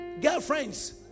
girlfriends